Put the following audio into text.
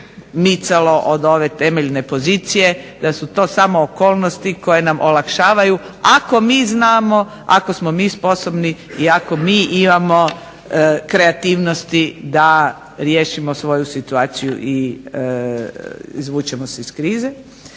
da su to samo okolnosti koje nam olakšavaju ako mi znamo, ako smo mi sposobni i ako mi imamo kreativnosti da riješimo svoju situaciju i izvučemo se iz krize.